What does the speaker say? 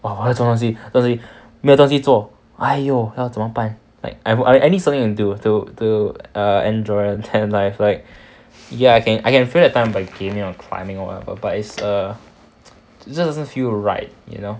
!wah! 我要做东西没有东西做 !aiyo! 要怎么办 like I I I need something to do to to uh enjoy life like ya I can I can fill that time by gaming or climbing or whatever but it's err it just doesn't feel right you know